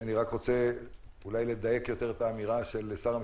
אני רק רוצה אולי לדייק יותר את האמירה של שר המשפטים.